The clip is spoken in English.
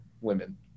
women